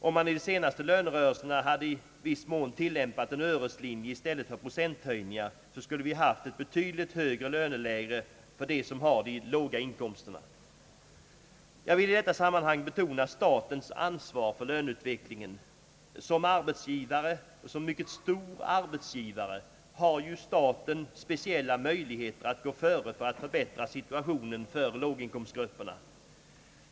Om man i de senaste lönerörelserna hade tillämpat en öreslinje i stället för procentökningar, skulle vi haft ett betydligt högre löneläge för dem som har de låga inkomsterna. Jag vill i detta sammanhang betona statens ansvar för löneutvecklingen. Som mycket stor arbetsgivare har ju staten speciella möjligheter att gå före för att förbättra situationen för låginkomstgrupperna.